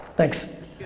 thanks.